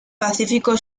pacífico